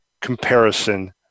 comparison